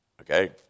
Okay